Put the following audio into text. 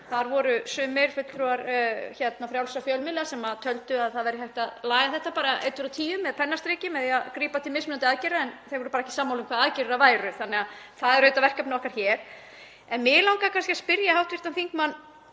Þar voru sumir fulltrúar frjálsra fjölmiðla sem töldu að það væri hægt að laga þetta bara einn, tveir og tíu með pennastriki, með því að grípa til mismunandi aðgerða, en þau voru bara ekki sammála um hvaða aðgerðir það væru. Þannig að það er auðvitað verkefni okkar hér. Mig langar kannski að spyrja hv. þingmann